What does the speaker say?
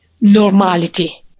normality